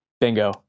bingo